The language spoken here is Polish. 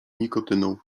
nikotyną